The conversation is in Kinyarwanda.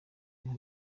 iha